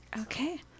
Okay